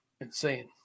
insane